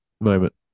moment